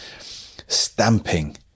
stamping